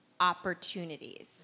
opportunities